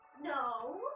No